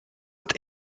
het